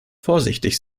vorsichtig